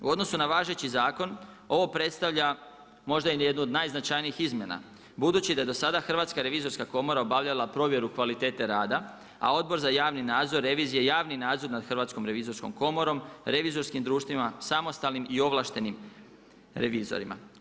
U odnosu na važeći zakon ovo predstavlja možda jednu od najznačajnijih izmjena budući da je do sada Hrvatska revizorska komora obavljala provjeru kvalitete rada, a Odbor za javni nadzor revizije i javni nadzor nad Hrvatskom revizijskom komorom, revizorskim društvima, samostalnim i ovlaštenim revizorima.